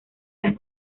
las